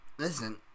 Listen